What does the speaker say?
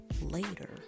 later